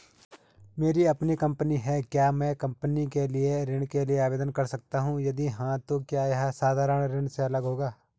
मेरी अपनी कंपनी है क्या मैं कंपनी के लिए ऋण के लिए आवेदन कर सकता हूँ यदि हाँ तो क्या यह साधारण ऋण से अलग होगा?